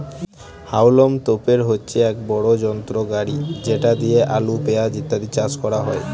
হাউলম তোপের হচ্ছে এক বড় যন্ত্র গাড়ি যেটা দিয়ে আলু, পেঁয়াজ ইত্যাদি চাষ করা হয়